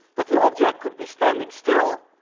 that the object could be standing still,